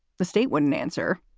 the state wouldn't answer.